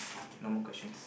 no more questions